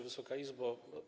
Wysoka Izbo!